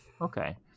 Okay